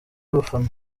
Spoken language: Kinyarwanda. abafana